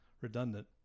redundant